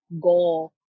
goal